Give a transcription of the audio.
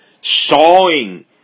sawing